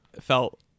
felt